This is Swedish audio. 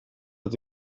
att